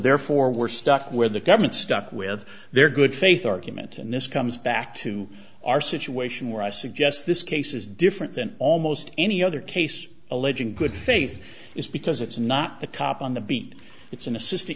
therefore we're stuck where the government stuck with their good faith argument and this comes back to our situation where i suggest this case is different than almost any other case alleging good faith is because it's not the cop on the beat it's an assistant